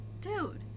Dude